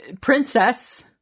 princess